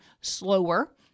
slower